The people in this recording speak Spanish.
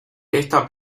esta